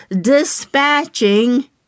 dispatching